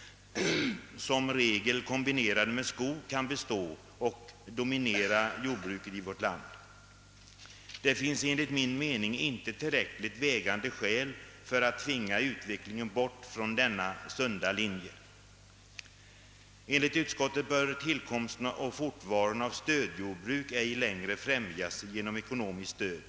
— som regel kombinerade med skog — kan bestå och dominera jordbruket i vårt land. Det finns enligt min mening inte tillräckligt vägande skäl för att tvinga utvecklingen "bort från denna sunda linje. Enligt utskottet bör tillkomsten och fortvaron av stödjordbruk ej längre främjas genom ekonomiskt stöd.